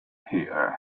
here